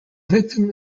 victim